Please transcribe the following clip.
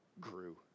grew